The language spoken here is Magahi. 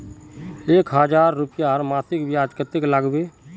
एक हजार रूपयार मासिक ब्याज कतेक लागबे?